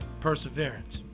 Perseverance